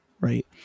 Right